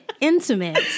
intimate